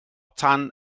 tan